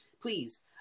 please